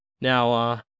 Now